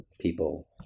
people